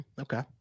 Okay